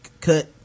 cut